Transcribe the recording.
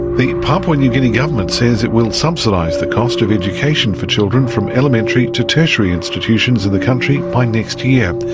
the papua new guinea government says it will subsidise the cost of education for children from elementary to tertiary institutions in the country by next year.